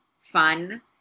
fun